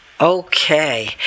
Okay